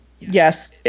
Yes